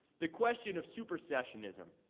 the question of supersessionism.